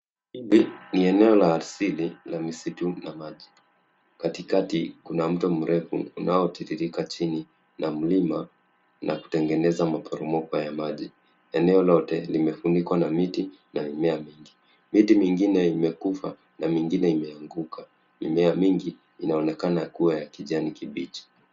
Hili ni eneo la asili la misitu na maji , katikati kuna mto mrefu unaotiririka chini na mlima na kutengeneza maporomoko ya maji. Eneo lote limefunikwa na miti na mimea mingi , miti mingine imekufa na mingine imeanguka. Mimea mingi inaonekana kuwa ya kijani kibichi.